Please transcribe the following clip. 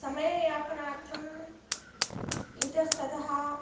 समययापनार्थम् इतस्ततः